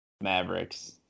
Mavericks